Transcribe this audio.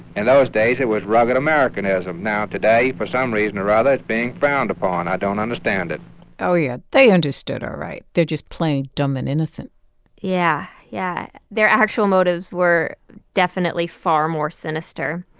and those days, it was rugged americanism. now today, for some reason or other, it's being frowned upon. i don't understand it oh, yeah. they understood, all right. they're just playing dumb and innocent yeah. yeah. their actual motives were definitely far more sinister.